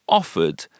offered